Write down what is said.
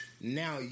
Now